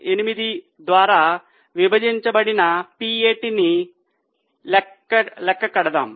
38 ద్వారా విభజించబడిన PAT ను లెక్కిద్దాం